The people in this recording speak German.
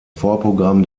vorprogramm